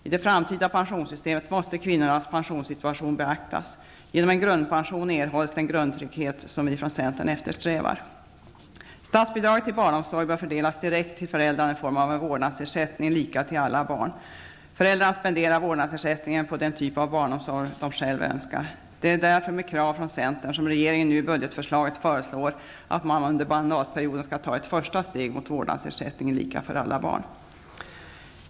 I det framtida pensionssystemet måste kvinnornas pensionssituation beaktas. Genom en grundpension erhålls den grundtrygghet som vi från centern eftersträvar. Statsbidraget till barnomsorg bör fördelas direkt till föräldrarna i form av en vårdnadsersättning lika till alla barn. Föräldrarna spenderar vårdnadsersättningen på den typ av barnomsorg de själva önskar. Det är därför, efter krav från centern, som regeringen nu i budgetförslaget föreslår att man under mandatperioden skall ta ett första steg mot vårdnadsersättning lika för alla barn.